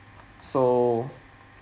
so